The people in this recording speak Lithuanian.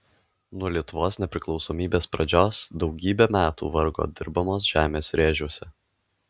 nuo lietuvos nepriklausomybės pradžios daugybę metų vargo dirbamos žemės rėžiuose